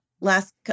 last